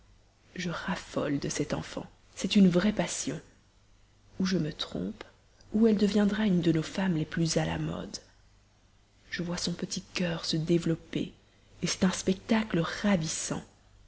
je raffole de cet enfant c'est une vraie passion ou je me trompe ou elle deviendra une de nos femmes les plus à la mode je vois son petit cœur se développer c'est un spectacle ravissant